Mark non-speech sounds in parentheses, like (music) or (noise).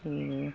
(unintelligible)